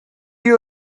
you